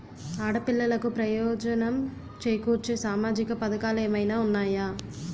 ఆడపిల్లలకు ప్రయోజనం చేకూర్చే సామాజిక పథకాలు ఏమైనా ఉన్నాయా?